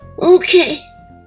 Okay